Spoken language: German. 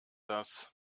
das